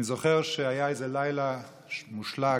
אני זוכר שהיה איזה לילה מושלג,